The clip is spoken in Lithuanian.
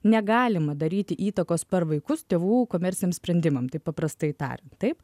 negalima daryti įtakos per vaikus tėvų komerciniam sprendimam taip paprastai tariant taip